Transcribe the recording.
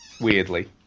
weirdly